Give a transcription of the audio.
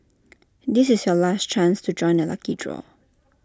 this is your last chance to join the lucky draw